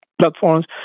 platforms